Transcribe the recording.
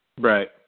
Right